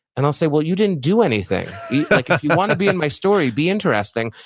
and i'll say, well, you didn't do anything. yeah like ah you want to be in my story, be interesting.